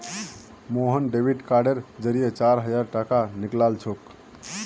Mohan debit कार्डेर जरिए चार हजार टाका निकलालछोक